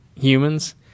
humans